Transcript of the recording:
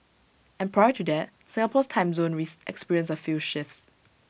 and prior to that Singapore's time zone raise experienced A few shifts